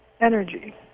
energy